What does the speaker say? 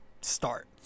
start